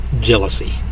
Jealousy